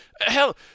Hell